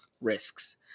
risks